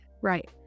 right